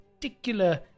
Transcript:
particular